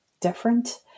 different